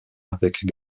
avec